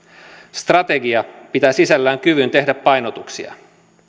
strategia pitää sisällään kyvyn tehdä painotuksia kyvyn